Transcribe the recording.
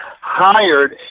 hired –